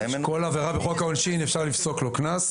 כמו בכל עבירה בחוק העונשין, אפשר לפסוק לו קנס.